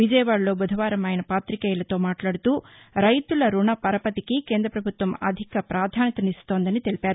విజయవాడలో బుధవారం ఆయన పాత్రికేయులతో మాట్లాడుతూ రైతుల రుణ పరపతికి కేంద్ర పభుత్వం అధిక పాధాన్యతనిస్తోందని తెలిపారు